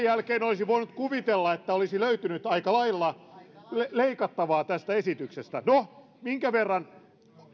jälkeen olisi voinut kuvitella että olisi löytynyt aika lailla leikattavaa tästä esityksestä no minkä verran